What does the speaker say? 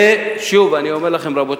ושוב אני אומר לכם, רבותי: